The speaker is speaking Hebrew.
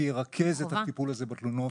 שירכז את הטיפול הזה בתלונות.